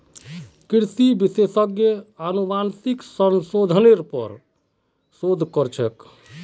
कृषि विशेषज्ञ अनुवांशिक संशोधनेर पर शोध कर छेक